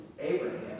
Abraham